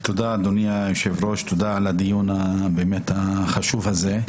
תודה, אדוני היושב-ראש, על הדיון החשוב הזה.